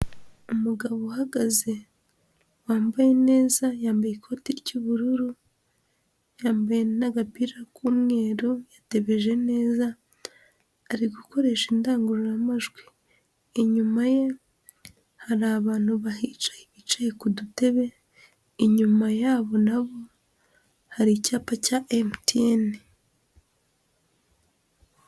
Umugabo uhagaze wambaye neza, yambaye ikoti ry'ubururu yambaye n'agapira k'umweru yatebeje neza, ari gukoresha indangururamajwi, inyuma ye hari abantu bahicaye bicaye ku dutebe, inyuma yabo na bo hari icyapa cya MTN.